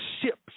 ships